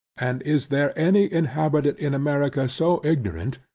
and is there any inhabitant in america so ignorant,